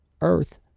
Earth